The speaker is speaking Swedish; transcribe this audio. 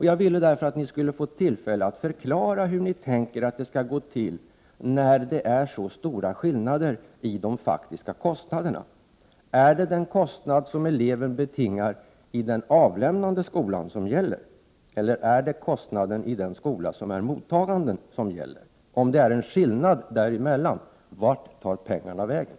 Jag ville därför att ni skulle få tillfälle att förklara hur ni tänker att det skall gå till när det är så stora skillnader i de faktiska kostnaderna. Är det den kostnad som eleven betingar i den avlämnande skolan som gäller eller är det kostnaden i den mottagande skolan som gäller? Om det är en skillnad däremellan, vart tar pengarna då vägen?